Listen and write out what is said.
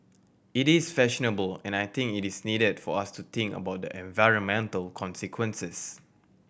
it is fashionable and I think it is needed for us to think about the environmental consequences